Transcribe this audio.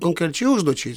konkrečiai užduočiai